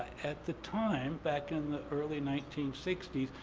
at the time, back in the early nineteen sixty s,